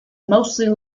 mostly